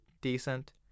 decent